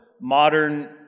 modern